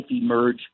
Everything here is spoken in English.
emerge